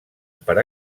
per